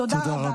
תודה רבה.